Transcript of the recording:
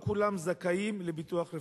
לא כולם זכאים לביטוח רפואי.